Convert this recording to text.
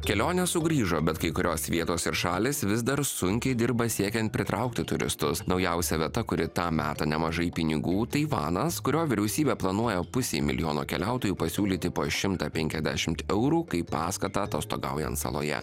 kelionės sugrįžo bet kai kurios vietos ir šalys vis dar sunkiai dirba siekiant pritraukti turistus naujausia vieta kuri tą meta nemažai pinigų taivanas kurio vyriausybė planuoja pusė milijono keliautojų pasiūlyti po šimta penkiasdešimt eurų kaip paskatą atostogaujant saloje